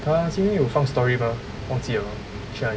ah 今天有放 story mah 忘记了去哪里